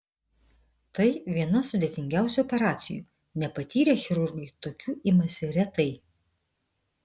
tai viena sudėtingiausių operacijų nepatyrę chirurgai tokių imasi retai